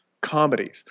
comedies